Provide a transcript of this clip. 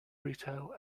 retail